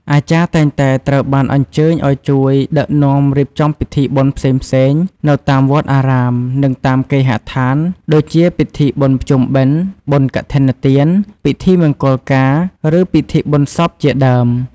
អាចារ្យតែងតែត្រូវបានអញ្ជើញឱ្យជួយដឹកនាំរៀបចំពិធីបុណ្យផ្សេងៗ នៅតាមវត្តអារាម និងតាមគេហដ្ឋាន ដូចជាពិធីបុណ្យភ្ជុំបិណ្ឌ បុណ្យកឋិនទាន ពិធីមង្គលការ ឬពិធីបុណ្យសពជាដើម។